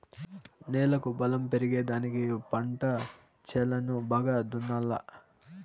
నేలకు బలం పెరిగేదానికి పంట చేలను బాగా దున్నాలా